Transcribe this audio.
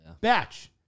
Batch